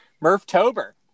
Murph-tober